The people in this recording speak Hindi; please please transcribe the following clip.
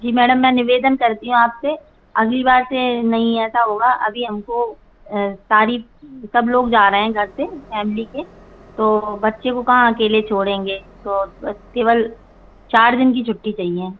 जी मैडम मैं निवेदन करती हूँ आपसे अगली बार से नहीं ऐसा होगा अभी हमको साड़ी सब लोग जा रहें हैं घर से फैमिली से तो बच्चे को कहाँ अकेले छोड़ेंगे तो अब केवल चार दिन की छुट्टी चाहिए